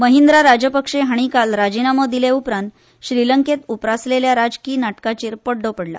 महिंद्रा राजपक्षे हांणी काल राजिनामो दिले उपरांत श्रीलंकेंत उप्राशिल्ल्या राजकी नाटकाचेर पड्डो पडला